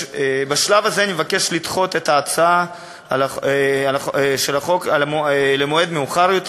בשלב הזה אני מבקש לדחות את ההצבעה על החוק למועד מאוחר יותר,